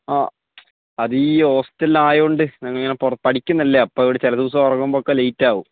ആ അത് ഈ ഹോസ്റ്റലിലായതുകൊണ്ട് ഇങ്ങനെ പൊറ പഠിക്കുന്നതല്ലേ അപ്പോൾ അതുകൊണ്ട് ചില ദിവസം ഉറങ്ങുമ്പോൾ ഒക്കെ ലേറ്റ് ആകും